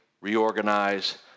reorganize